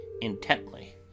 intently